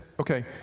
okay